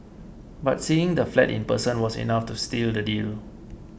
but seeing the flat in person was enough to steal the deal